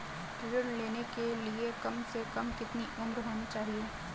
ऋण लेने के लिए कम से कम कितनी उम्र होनी चाहिए?